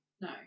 No